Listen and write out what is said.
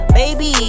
baby